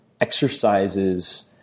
exercises